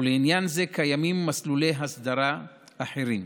ולעניין זה קיימים מסלולי הסדרה אחרים.